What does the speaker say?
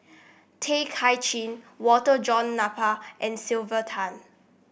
Tay Kay Chin Walter John Napier and Sylvia Tan